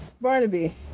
barnaby